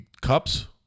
cups